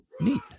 Neat